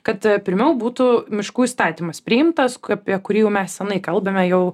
kad pirmiau būtų miškų įstatymas priimtas apie kurį jau mes senai kalbame jau